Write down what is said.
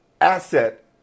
asset